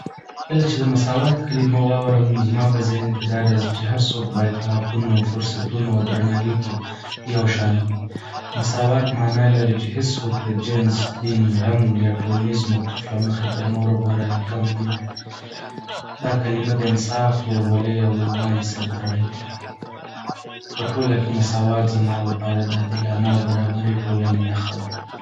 کله چې د "مساوات" کلمه واورم، نو زما په ذهن کې دا راځي چې هر څوک باید په حقونو، فرصتونو او درناوي کې یو شان وي. مساوات معنی لري چې هېڅوک د جنس، دین، رنګ یا ټولنیز موقف له مخې تر نورو غوره یا کم نه وي. دا کلمه د انصاف، ورورولۍ او یووالي سره تړلې ده. په ټوله کې، مساوات زما لپاره د عادلانه او برابرې ټولنې نښه ده.